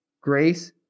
Grace